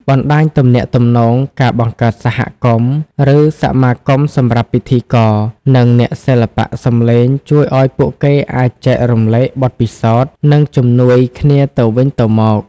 បណ្ដាញទំនាក់ទំនង ការបង្កើតសហគមន៍ ឬសមាគមសម្រាប់ពិធីករ និងអ្នកសិល្បៈសំឡេងជួយឲ្យពួកគេអាចចែករំលែកបទពិសោធន៍ និងជំនួយគ្នាទៅវិញទៅមក។